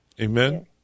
Amen